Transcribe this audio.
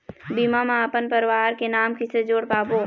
बीमा म अपन परवार के नाम किसे जोड़ पाबो?